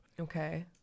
Okay